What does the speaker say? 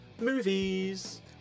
movies